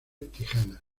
tijuana